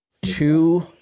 Two